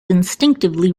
instinctively